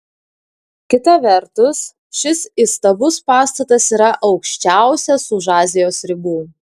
kita vertus šis įstabus pastatas yra aukščiausias už azijos ribų